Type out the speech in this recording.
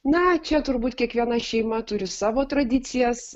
na čia turbūt kiekviena šeima turi savo tradicijas